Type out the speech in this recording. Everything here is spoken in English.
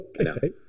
Okay